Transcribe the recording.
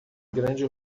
grande